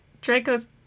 Draco's